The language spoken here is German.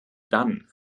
dann